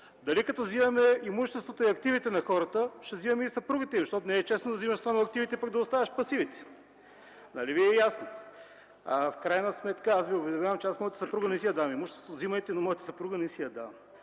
дали като вземаме имуществото и активите на хората, ще вземаме и съпругите им? Защото не е честно да вземаш само активите, пък да оставяш пасивите. Нали Ви е ясно? Аз Ви уведомявам, че моята съпруга не си я давам – имуществото го вземайте, но моята съпруга не си я давам.